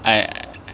I